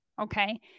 okay